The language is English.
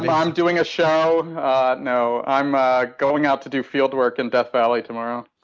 i'm doing a show no. i'm ah going out to do fieldwork in death valley tomorrow.